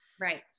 Right